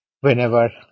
whenever